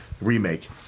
remake